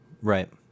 right